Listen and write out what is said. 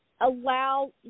allow